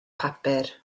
papur